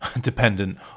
dependent